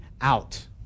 out